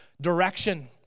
direction